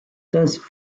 thus